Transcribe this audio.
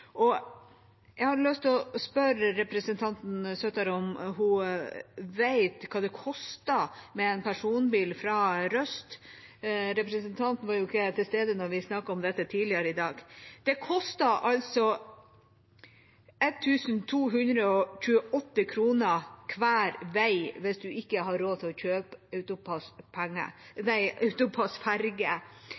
Jeg har lyst til å spørre representanten Søttar om hun vet hva det koster med en personbil fra Røst. Representanten var jo ikke til stede da vi snakket om dette tidligere i dag. Det koster altså 1 228 kr hver vei hvis man ikke har råd til å kjøpe AutoPASS